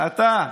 אתה,